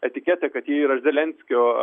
etiketę kad jie yra zelenskio